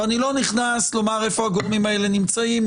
ואני לא נכנס לומר איפה הגורמים האלה נמצאים.